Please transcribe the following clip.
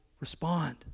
Respond